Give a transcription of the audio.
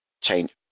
change